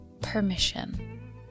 Permission